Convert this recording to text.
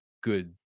good